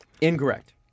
Incorrect